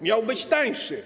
Miał być tańszy.